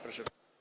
Proszę.